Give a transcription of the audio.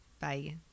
bye